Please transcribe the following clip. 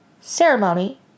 ceremony